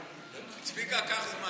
תמהר.